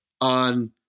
on